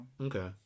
okay